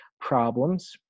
problems